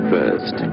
First